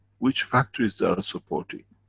which factories they are supporting?